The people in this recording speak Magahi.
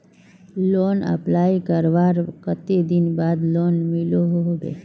लोन अप्लाई करवार कते दिन बाद लोन मिलोहो होबे?